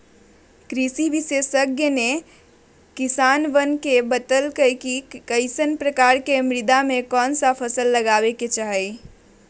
कृषि विशेषज्ञ ने किसानवन के बतल कई कि कईसन प्रकार के मृदा में कौन सा फसल लगावे के चाहि